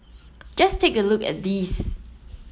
just take a look at these